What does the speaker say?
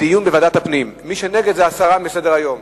זה הסרה מסדר-היום.